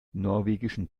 norwegischen